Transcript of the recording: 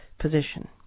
position